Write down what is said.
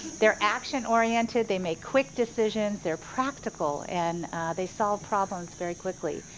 they're action-oriented, they make quick decisions, they're practical, and they solve problems very quickly.